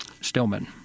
Stillman